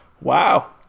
Wow